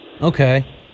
Okay